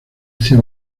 hacía